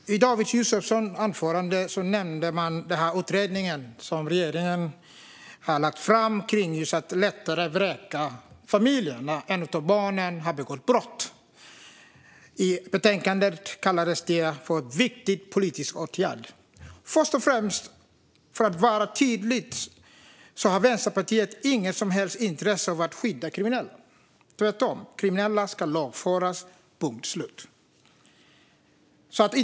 Fru talman! I David Josefssons anförande nämndes den utredning som regeringen har lagt fram om att lättare kunna vräka familjer när något av barnen har begått brott. I betänkandet kallades det för en viktig politisk åtgärd. Först och främst, låt mig vara tydlig: Vänsterpartiet har inget som helst intresse av att skydda kriminella, tvärtom. Kriminella ska lagföras, punkt slut.